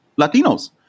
Latinos